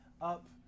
up